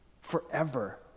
forever